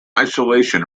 isolation